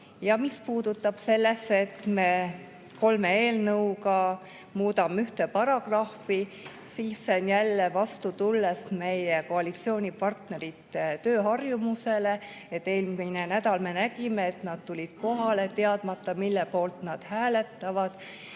Mis puutub sellesse, et me kolme eelnõuga muudame ühte paragrahvi, siis me tuleme sellega vastu koalitsiooni tööharjumusele. Eelmine nädal me nägime, et nad tulid kohale, teadmata, mille poolt nad hääletavad.